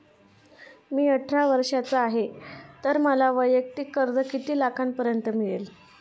मी अठरा वर्षांचा आहे तर मला वैयक्तिक कर्ज किती लाखांपर्यंत मिळेल?